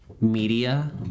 media